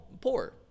poor